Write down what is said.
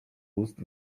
ust